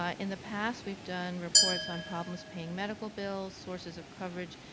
ah in the past we've done reports on problems paying medical bills, sources of coverage,